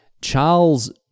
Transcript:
Charles